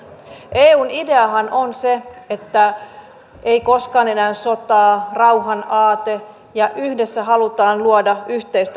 eun ideahan on se että ei koskaan enää sotaa rauhan aate ja yhdessä halutaan luoda yhteistä kasvua